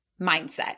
mindset